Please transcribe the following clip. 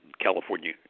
California